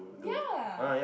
yeah